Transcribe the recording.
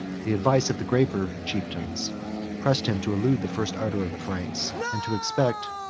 the advice of the graver chieftains pressed him to elude the first ardor of the franks and to expect,